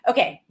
Okay